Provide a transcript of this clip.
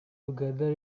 together